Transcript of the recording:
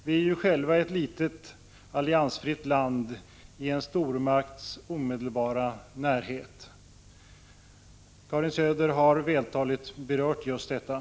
Vi är ju själva ett litet, alliansfritt land i en stormakts omedelbara närhet — Karin Söder har vältaligt berört just detta.